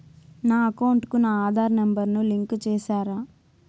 నా అకౌంట్ కు నా ఆధార్ నెంబర్ ను లింకు చేసారా